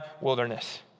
wilderness